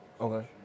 Okay